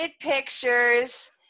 pictures